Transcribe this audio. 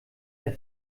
der